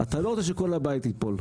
אתה לא רוצה שכל הבית ייפול,